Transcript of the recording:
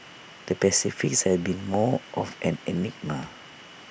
the Pacific has been more of an enigma